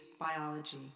biology